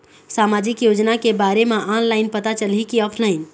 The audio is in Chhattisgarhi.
सामाजिक योजना के बारे मा ऑनलाइन पता चलही की ऑफलाइन?